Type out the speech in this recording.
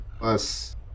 plus